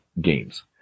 games